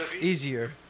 easier